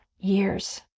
years